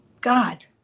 God